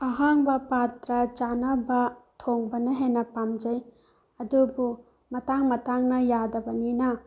ꯑꯍꯥꯡꯕ ꯄꯥꯇ꯭ꯔ ꯆꯥꯅꯕ ꯊꯣꯡꯕꯅ ꯍꯦꯟꯅ ꯄꯥꯝꯖꯩ ꯑꯗꯨꯕꯨ ꯃꯇꯥꯡ ꯃꯇꯥꯡꯅ ꯌꯥꯗꯕꯅꯤꯅ